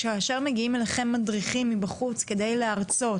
כאשר מגיעים אליכם מדריכים מבחוץ כדי להרצות